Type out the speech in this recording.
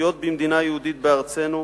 לחיות במדינה יהודית בארצנו,